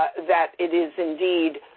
that it is indeed,